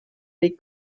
les